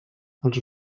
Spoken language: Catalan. els